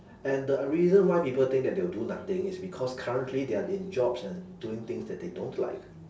and the reason why people think that they'll do nothing is because currently they are in jobs and doing things that they don't like